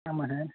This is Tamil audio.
ஆமாம் சார்